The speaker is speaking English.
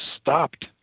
stopped